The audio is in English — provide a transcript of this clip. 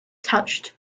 touched